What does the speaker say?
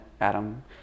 adam